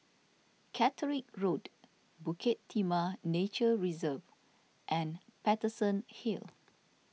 Caterick Road Bukit Timah Nature Reserve and Paterson Hill